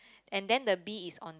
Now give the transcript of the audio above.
and then the bee is on